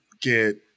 get